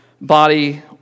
body